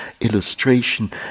illustration